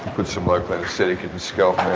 but some local anaesthetic in the scalp